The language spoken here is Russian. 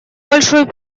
большой